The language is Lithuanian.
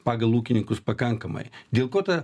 pagal ūkininkus pakankamai dėl ko ta